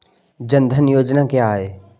जनधन योजना क्या है?